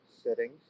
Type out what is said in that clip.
Settings